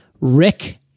Rick